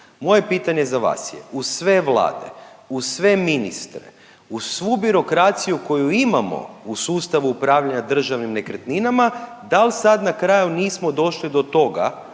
Moje pitanje za vas je uz sve vlade, uz sve ministre, uz svu birokraciju koju imamo u sustavu upravljanja državnim nekretninama, dal' sad na kraju nismo došli do toga